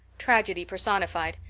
tragedy personified.